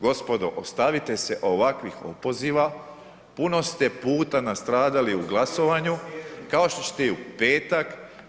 Gospodo ostavite se ovakvih opoziva puno ste puta nastradali u glasovanju kao što ćete i u petak.